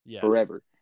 Forever